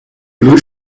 blue